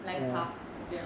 lifestyle 我不要 err